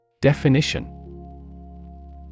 Definition